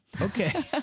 okay